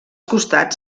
costats